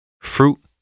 fruit